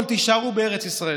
אבל תישארו בארץ ישראל.